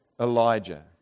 Elijah